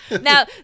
Now